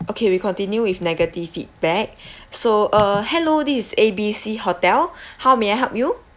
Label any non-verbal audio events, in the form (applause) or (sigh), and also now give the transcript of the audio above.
okay we continue with negative feedback (breath) so uh hello this A B C hotel how may I help you